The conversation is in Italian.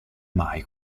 mai